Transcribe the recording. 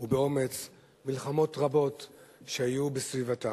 ובאומץ מלחמות רבות שהיו בסביבתם,